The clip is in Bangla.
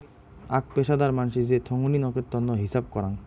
আক পেশাদার মানসি যে থোঙনি নকের তন্ন হিছাব করাং